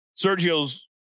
Sergio's